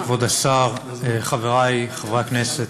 חברי הכנסת